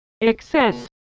Excess